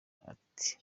ati